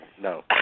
no